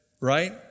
right